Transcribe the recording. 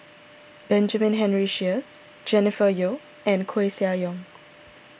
Benjamin Henry Sheares Jennifer Yeo and Koeh Sia Yong